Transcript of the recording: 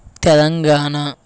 Telangana